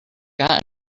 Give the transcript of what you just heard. gotten